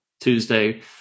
Tuesday